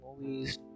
movies